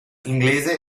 inglese